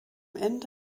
ende